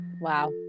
Wow